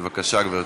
בבקשה, גברתי.